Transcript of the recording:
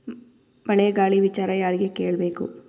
ಮಳೆ ಗಾಳಿ ವಿಚಾರ ಯಾರಿಗೆ ಕೇಳ್ ಬೇಕು?